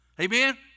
Amen